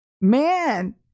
man